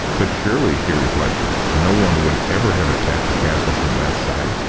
but surely, she reflected, no one would ever have attacked the castle from that side,